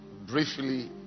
briefly